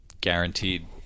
guaranteed